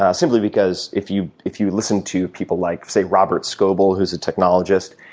ah simply because if you if you listen to people like say robert scoble who's a technologist,